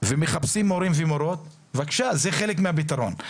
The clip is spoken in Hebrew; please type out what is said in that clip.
ומחפשים מורים ומורות, בבקשה, זה חלק מהפתרון.